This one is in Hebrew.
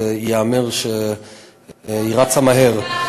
וייאמר שהיא רצה מהר.